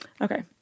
Okay